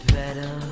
better